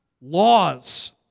laws